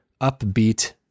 upbeat